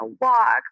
walk